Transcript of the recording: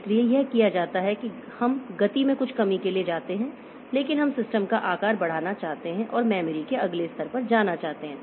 इसलिए यह किया जाता है कि हम गति में कुछ कमी के लिए जाते हैं लेकिन हम सिस्टम का आकार बढ़ाना चाहते हैं और मेमोरी के अगले स्तर पर जाना चाहते हैं